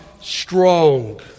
strong